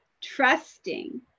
trusting